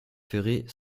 ferrée